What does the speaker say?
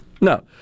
No